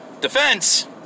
Defense